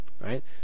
Right